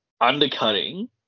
undercutting